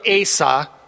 Asa